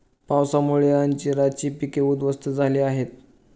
पावसामुळे अंजीराची पिके उध्वस्त झाली आहेत